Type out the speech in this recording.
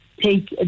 take